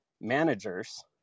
managers